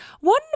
one